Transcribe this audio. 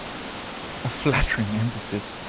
a flattering emphasis,